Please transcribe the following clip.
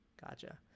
Gotcha